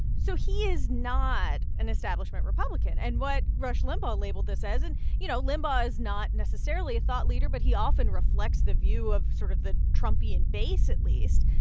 so he is not an establishment republican. and what rush limbaugh labeled this as and, you know, limbaugh is not necessarily a thought leader. but he often reflects the view of sort of the trumpian base, at least.